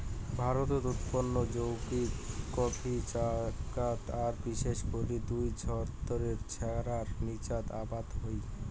ভারতত উৎপন্ন সৌগ কফি ছ্যাঙাত আর বিশেষ করি দুই স্তরের ছ্যাঙার নীচাত আবাদ হই